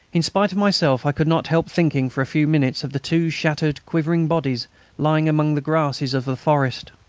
in spite of myself i could not help thinking for a few minutes of the two shattered, quivering bodies lying among the grasses of the forest.